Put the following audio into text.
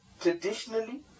traditionally